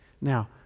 Now